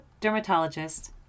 dermatologist